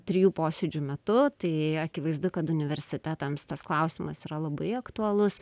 trijų posėdžių metu tai akivaizdu kad universitetams tas klausimas yra labai aktualus